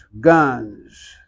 guns